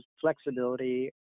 flexibility